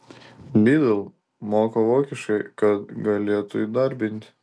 lidl moko vokiškai kad galėtų įdarbinti